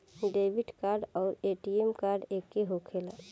Debit card आउर ATM card एके होखेला?